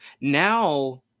Now